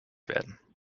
werden